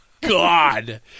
God